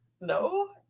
No